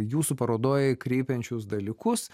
jūsų parodoje kreipiančius dalykus